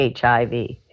HIV